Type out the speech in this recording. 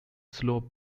slope